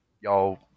Y'all